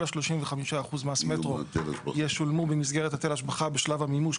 ה-35% מס מטרו ישולמו במסגרת היטל השבחה בשלב המימוש,